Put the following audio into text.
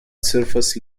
surface